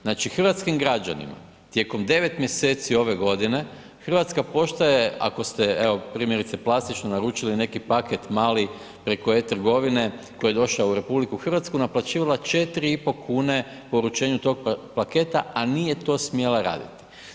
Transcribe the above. Znači hrvatskim građanima tijekom 9. mjeseci ove godine Hrvatska pošta je, ako ste evo primjerice klasično naručili neki paket mali preko e-trgovine koji je došao u RH, naplaćivala 4,50 kune po uručenju tog paketa, a nije to smjela raditi.